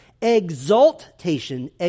Exaltation